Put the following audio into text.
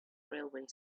railway